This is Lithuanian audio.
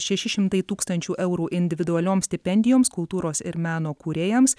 šeši šimtai tūkstančių eurų individualioms stipendijoms kultūros ir meno kūrėjams